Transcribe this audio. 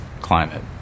climate